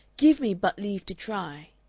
give me but leave to try.